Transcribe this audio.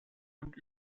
und